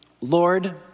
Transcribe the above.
Lord